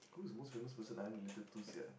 who's the most famous person I'm related to sia